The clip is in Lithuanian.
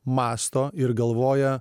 mąsto ir galvoja